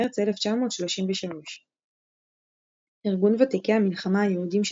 במרץ 1933. ארגון ותיקי המלחמה היהודים של